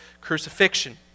crucifixion